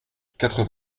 quatre